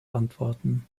antworten